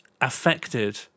affected